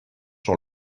dans